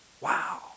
Wow